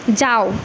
যাও